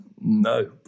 no